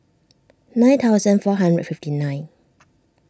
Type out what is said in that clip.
nine thousand four hundred and fifty nine